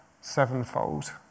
sevenfold